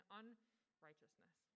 unrighteousness